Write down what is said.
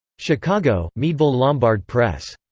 chicago meadville lombard press.